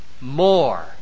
more